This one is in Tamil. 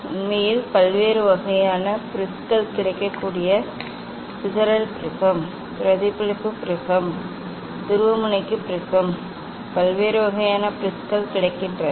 உண்மையில் பல்வேறு வகையான ப்ரிஸ்கள் கிடைக்கக்கூடிய சிதறல் ப்ரிஸம் பிரதிபலிப்பு ப்ரிஸம் துருவமுனைக்கும் ப்ரிஸம் பல்வேறு வகையான ப்ரிஸ்கள் கிடைக்கின்றன